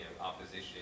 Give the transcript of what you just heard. Opposition